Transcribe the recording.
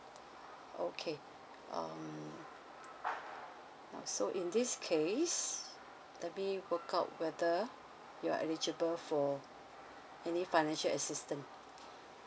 okay um now so in this case that be work out whether you're eligible for any financial assistance